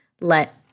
let